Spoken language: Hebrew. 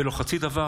ושאלתי בהתחלה,